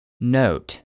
Note